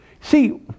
See